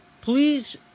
please